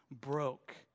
broke